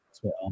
Twitter